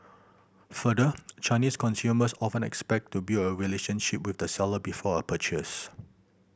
further Chinese consumers often expect to build a relationship with the seller before a purchase